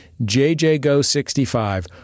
JJGo65